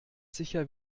sicher